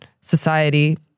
society